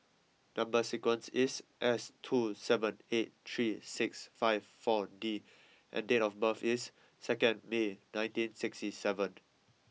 number sequence is S two seven eight three six five four D and date of birth is second May nineteen sixty seven